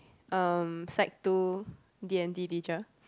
um sec two D and T teacher